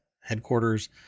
headquarters